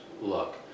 look